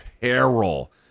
peril